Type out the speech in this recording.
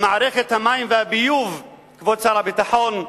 מערכת המים והביוב, כבוד שר הביטחון,